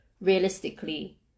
realistically